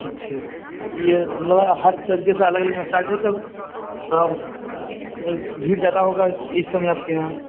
अच्छा यह हर तरीक़े से अलग अलग मसाज है तो हाँ भीड़ ज़्यादा होगा इस समय आपके यहाँ